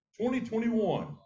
2021